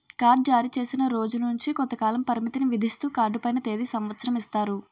card జారీచేసిన రోజు నుంచి కొంతకాల పరిమితిని విధిస్తూ కార్డు పైన తేది సంవత్సరం ఇస్తారు